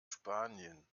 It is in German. spanien